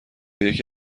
یکی